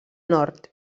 nord